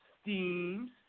Steams